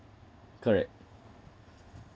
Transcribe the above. correct